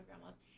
grandma's